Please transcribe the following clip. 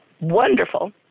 wonderful